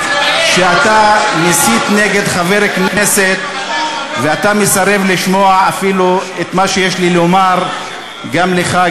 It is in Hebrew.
שאתה מסית נגד חבר כנסת ואתה מסרב אפילו לשמוע את מה שיש לי לומר גם לך,